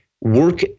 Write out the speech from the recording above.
work